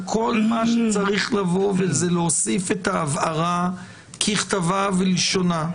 כל מה שצריך לעשות זה להוסיף את ההבהרה ככתבה וכלשונה: